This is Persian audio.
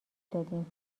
دادیم